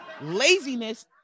laziness